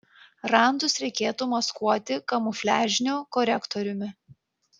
randus reikėtų maskuoti kamufliažiniu korektoriumi